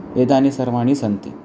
एतानि सर्वाणि सन्ति